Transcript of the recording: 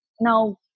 now